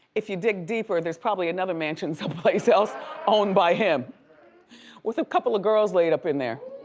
if you dig deeper, there's probably another mansion someplace else owned by him with a couple of girls laid up in there.